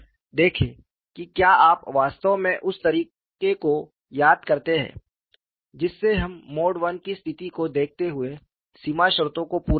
देखें कि क्या आप वास्तव में उस तरीके को याद करते हैं जिससे हम मोड I की स्थिति को देखते हुए सीमा शर्तों को पूरा करते हैं